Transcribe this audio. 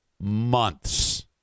months